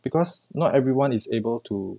because not everyone is able to